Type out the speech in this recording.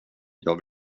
jag